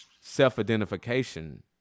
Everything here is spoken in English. self-identification